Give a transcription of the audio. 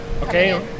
Okay